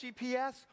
GPS